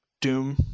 doom